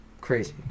crazy